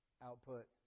output